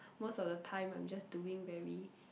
most of the time I'm just doing very